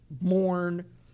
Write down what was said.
mourn